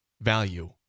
value